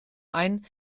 ein